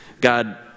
God